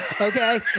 Okay